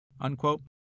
unquote